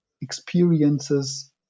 experiences